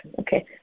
Okay